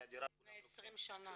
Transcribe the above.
לפני 20 שנה.